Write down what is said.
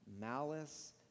malice